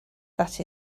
that